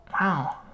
wow